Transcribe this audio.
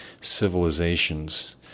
Civilizations